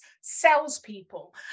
salespeople